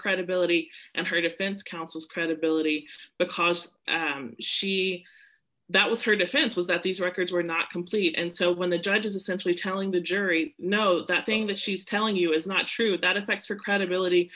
credibility and her defense counsel's credibility because she that was her defense was that these records were not complete and so when the judge is essentially telling the jury no that thing that she's telling you is not true that effects her credibility